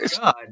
God